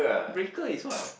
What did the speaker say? breaker is what